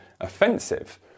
offensive